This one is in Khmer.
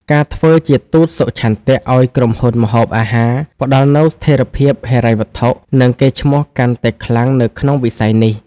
ការធ្វើជាទូតសុឆន្ទៈ ឱ្យក្រុមហ៊ុនម្ហូបអាហារ ផ្តល់នូវស្ថិរភាពហិរញ្ញវត្ថុ និងកេរ្តិ៍ឈ្មោះកាន់តែខ្លាំងនៅក្នុងវិស័យនេះ។